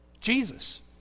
Jesus